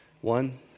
one